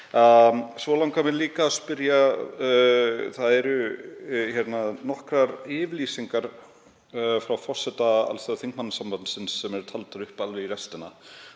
langar líka að spyrja: Það eru nokkrar yfirlýsingar frá forseta Alþjóðaþingmannasambandsins sem eru taldar upp alveg í restina.